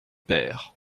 paire